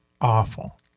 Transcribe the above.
awful